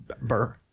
Burr